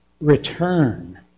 return